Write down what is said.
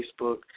Facebook